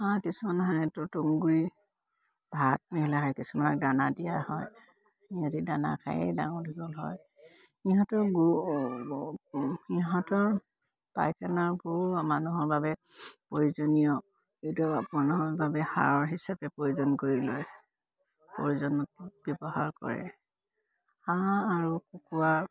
হাঁহ কিছুমান হাঁহেতো তুঁহগুৰি ভাত দিয়া হয়ে কিছুমানক দানা দিয়া হয় ইহঁতি দানা খায়েই ডাঙৰ দীঘল হয় ইহঁতৰ ইহঁতৰ পায়খানাৰ গোও মানুহৰ বাবে প্ৰয়োজনীয় ইটো মানুহৰ বাবে সাৰৰ হিচাপে প্ৰয়োজন কৰি লয় প্ৰয়োজনত ব্যৱহাৰ কৰে হাঁহ আৰু কুকুৰাৰ